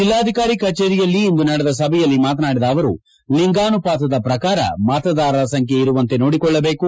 ಜಿಲ್ಲಾಧಿಕಾರಿ ಕಚೇರಿಯಲ್ಲಿ ಇಂದು ನಡೆದ ಸಭೆಯಲ್ಲಿ ಮಾತನಾಡಿದ ಅವರು ಲಿಂಗಾನುಪಾತದ ಪ್ರಕಾರ ಮತದಾರರ ಸಂಖ್ಯೆ ಇರುವಂತೆ ನೋಡಿಕೊಳ್ಳಬೇಕು